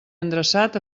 endreçat